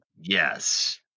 Yes